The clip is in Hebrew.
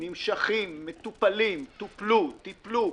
נמשכים, מטופלים, טופלו, טיפלו.